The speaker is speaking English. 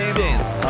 dance